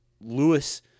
Lewis